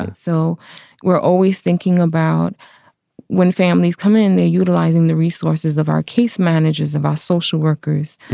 and so we're always thinking about when families come in, they're utilizing the resources of our case managers, of our social workers,